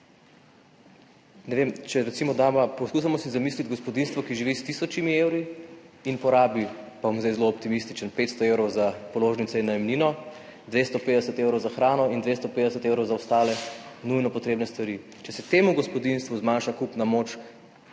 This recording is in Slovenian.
in nerealno. Poskušajmo si zamisliti gospodinjstvo, ki živi s tisočimi evri in porabi, pa bom zdaj zelo optimističen, 500 evrov za položnice in najemnino, 250 evrov za hrano in 250 evrov za ostale nujno potrebne stvari. Če se temu gospodinjstvu zmanjša kupna moč,